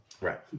Right